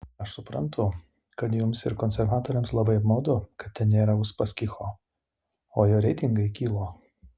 aš suprantu kad jums ir konservatoriams labai apmaudu kad ten nėra uspaskicho o jo reitingai kilo